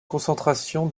concentration